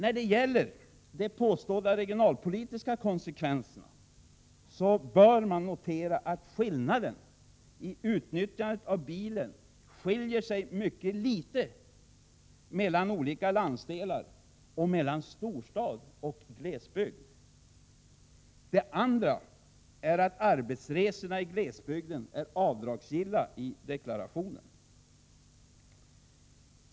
När det gäller de påstådda regionalpolitiska konsekvenserna bör man för det första notera att utnyttjandet av bilen skiljer sig mycket litet mellan olika landsdelar och mellan storstad och glesbygd. För det andra är arbetsresorna i glesbygden avdragsgilla i deklarationen.